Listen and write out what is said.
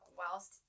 whilst